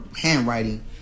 handwriting